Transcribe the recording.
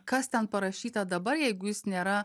kas ten parašyta dabar jeigu jis nėra